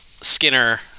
Skinner